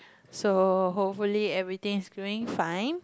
so hopefully everything is doing fine